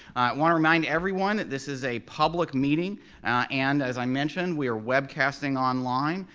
wanna remind everyone that this is a public meeting and as i mentioned, we're webcasting online.